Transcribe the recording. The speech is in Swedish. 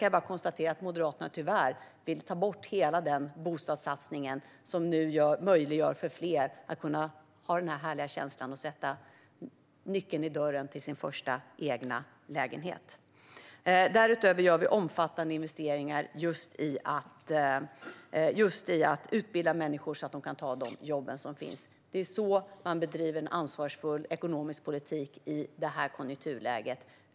Jag kan konstatera att Moderaterna tyvärr vill ta bort hela den bostadssatsning som nu möjliggör för fler att kunna få den härliga känslan av att sätta nyckeln i dörren till sin första egna lägenhet. Vi gör också omfattande investeringar just i att utbilda människor så att de kan ta de jobb som finns. Det är så man bedriver en ansvarsfull ekonomisk politik i det här konjunkturläget.